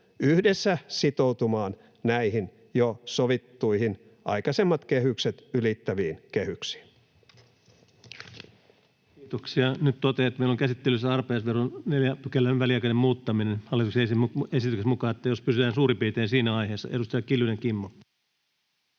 yhdessä sitoutumaan näihin jo sovittuihin, aikaisemmat kehykset ylittäviin kehyksiin. Kiitoksia. — Nyt totean, että meillä on käsittelyssä arpajaisverolain 4 §:n väliaikainen muuttaminen hallituksen esityksen mukaan, että jos pysytään suurin piirtein siinä aiheessa. — Edustaja Kiljunen, Kimmo.